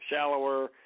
shallower